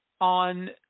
on